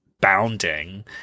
bounding